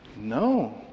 No